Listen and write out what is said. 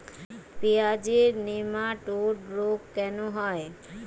পেঁয়াজের নেমাটোড রোগ কেন হয়?